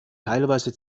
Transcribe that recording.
teilweise